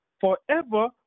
forever